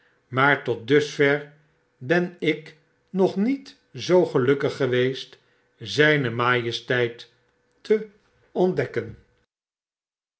maar tot dusver ben ik nog niet zoo gelukkig geweest zgn majesteit te ontdekken